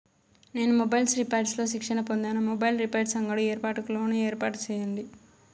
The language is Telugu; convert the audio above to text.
నేను మొబైల్స్ రిపైర్స్ లో శిక్షణ పొందాను, మొబైల్ రిపైర్స్ అంగడి ఏర్పాటుకు లోను ఏర్పాటు సేయండి?